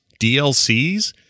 DLCs